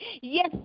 Yes